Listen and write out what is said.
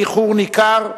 באיחור ניכר,